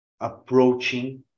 approaching